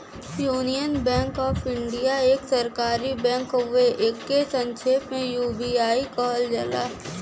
union Bank of India एक सरकारी bank हउवे एके संक्षेप में यू.बी.आई कहल जाला